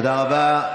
תודה רבה.